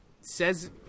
says –